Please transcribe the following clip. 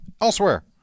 elsewhere